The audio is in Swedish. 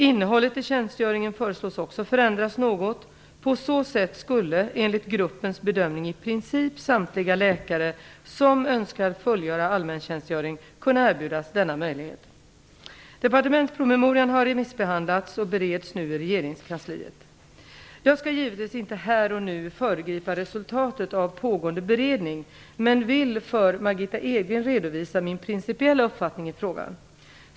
Innehållet i tjänstgöringen föreslås också förändras något. På så sätt skulle enligt gruppens bedömning i princip samtliga läkare som önskar fullgöra allmäntjänstgöring kunna erbjudas denna möjlighet. Departementspromemorian har remissbehandlats och bereds nu i regeringskansliet. Jag skall givetvis inte här och nu föregripa resultatet av pågående beredning men vill för Margitta Edgren redovisa min principiella uppfattning i frågan.